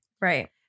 Right